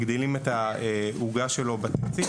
מגדילים את העוגה שלו בתקציב,